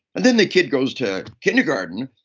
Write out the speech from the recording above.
and then the kid goes to kindergarten,